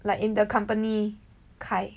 like in the company